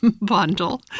bundle